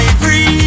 free